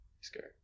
scared